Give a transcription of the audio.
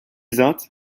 that